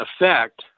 effect